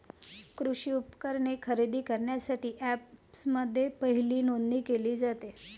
कृषी उपकरणे खरेदी करण्यासाठी अँपप्समध्ये पहिली नोंदणी केली जाते